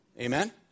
Amen